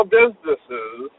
businesses